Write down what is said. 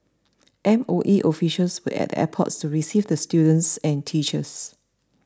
M O E officials were at the airport to receive the students and teachers